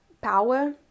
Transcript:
power